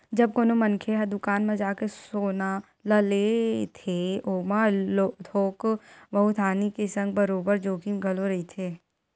जब कोनो मनखे ह दुकान म जाके सोना ल लेथे ओमा थोक बहुत हानि के संग बरोबर जोखिम घलो रहिथे